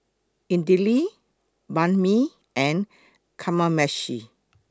Idili Banh MI and Kamameshi